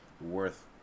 worth